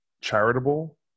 charitable